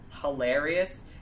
hilarious